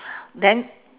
then